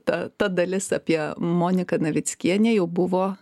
ta ta dalis apie moniką navickienę jau buvo